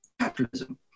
capitalism